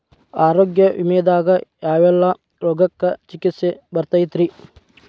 ಆರೋಗ್ಯ ವಿಮೆದಾಗ ಯಾವೆಲ್ಲ ರೋಗಕ್ಕ ಚಿಕಿತ್ಸಿ ಬರ್ತೈತ್ರಿ?